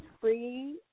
free